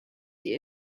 die